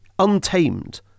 untamed